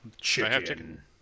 chicken